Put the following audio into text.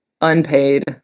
unpaid